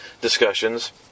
discussions